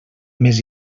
més